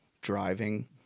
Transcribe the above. driving